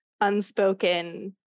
unspoken